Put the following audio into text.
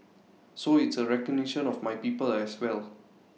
so it's A recognition of my people as well